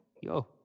yo